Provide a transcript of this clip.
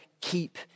keep